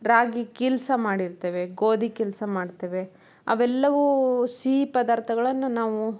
ರಾಗಿ ಕಿಲ್ಸ ಮಾಡಿರ್ತ್ತೇವೆ ಗೋಧಿ ಕಿಲ್ಸ ಮಾಡ್ತೇವೆ ಅವೆಲ್ಲವು ಸಿಹಿ ಪದಾರ್ಥಗಳನ್ನು ನಾವು